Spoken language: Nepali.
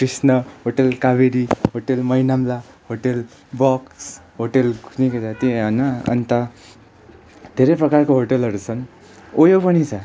कृष्ण होटल काभेरी होटल मैनामला होटल बक्स होटल कोनि के जाति होइन अन्त धेरै प्रकारको होटलहरू छन् ओयो पनि छ